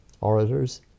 orators